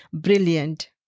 brilliant